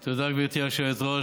תודה, גברתי היושבת-ראש.